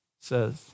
says